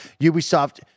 Ubisoft